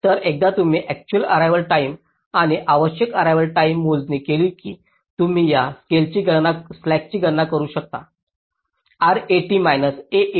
तर एकदा तुम्ही अक्चुअल अर्रेवाल टाईम आणि आवश्यक अर्रेवाल टाईम मोजणी केली की तुम्ही या स्लॅकची गणना करू शकता RAT मैनास AAT